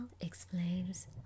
Explains